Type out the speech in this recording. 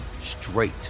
straight